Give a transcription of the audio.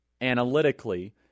analytically